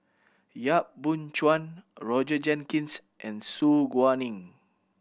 Yap Boon Chuan Roger Jenkins and Su Guaning